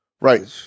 right